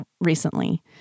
recently